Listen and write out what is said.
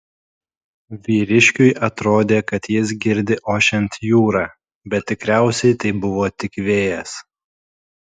vyriškiui atrodė kad jis girdi ošiant jūrą bet tikriausiai tai buvo tik vėjas